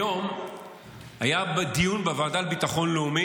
היום היה דיון בוועדה לביטחון לאומי,